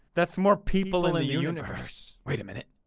that's more people in the universe. wait a minute.